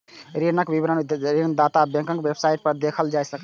ऋणक विवरण ऋणदाता बैंकक वेबसाइट पर देखल जा सकैए